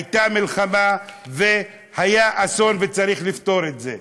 הייתה מלחמה והיה אסון וצריך לפתור את זה.